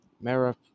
Mara